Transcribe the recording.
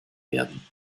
werden